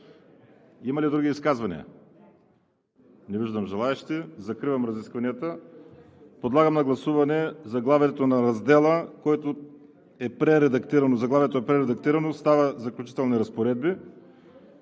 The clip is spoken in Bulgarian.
Има ли други изказвания? Закривам разискванията. Подлагам на гласуване заглавието на раздела, което е прередактирано и става „Заключителни разпоредби“;